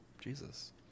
Jesus